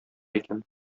икән